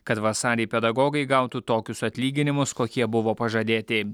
kad vasarį pedagogai gautų tokius atlyginimus kokie buvo pažadėti